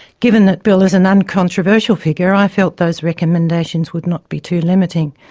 given that bill is an uncontroversial figure i felt those recommendations would not be too limiting.